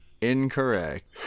incorrect